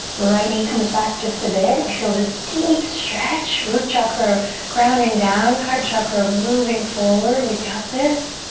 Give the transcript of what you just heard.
right knee comes back just a bit. we feel this deep stretch. root chakra grounding down. heart chakra moving forward. we got this.